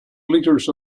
liters